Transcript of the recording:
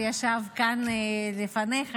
שישב כאן לפניך,